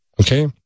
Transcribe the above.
okay